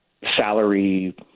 salary